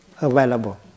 available